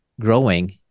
growing